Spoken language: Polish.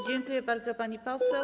Dziękuję bardzo, pani poseł.